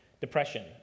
depression